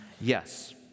yes